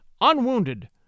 Unwounded